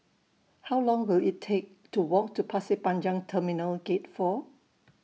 How Long Will IT Take to Walk to Pasir Panjang Terminal Gate four